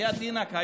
בחייאת דינכ,